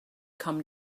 come